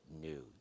news